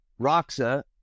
Roxa